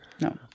No